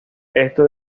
esto